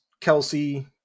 Kelsey